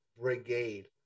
Brigade